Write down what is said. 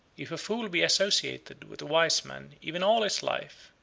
if a fool be associated with a wise man even all his life,